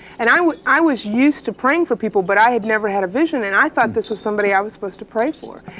and i was i was used to praying for people, but i had never had a vision, and i thought this was somebody i was supposed to pray for.